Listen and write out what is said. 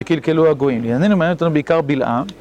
קלקלו הגויים, לענייננו מעניין אותנו בעיקר בלעם